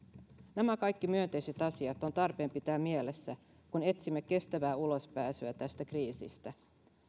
nämä kaikki myönteiset asiat on tarpeen pitää mielessä kun etsimme kestävää ulospääsyä tästä kriisistä